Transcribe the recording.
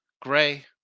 Gray